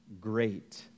great